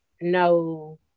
no